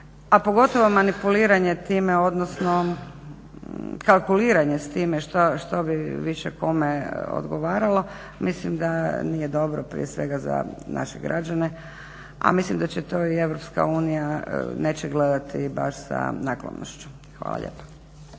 a pogotovo manipuliranje time odnosno kalkuliranje time što bi više kome odgovaralo, mislim da nije dobro prije svega za naše građane, a mislim da će to EU neće gledati baš sa naklonošću. **Zgrebec,